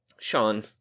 Sean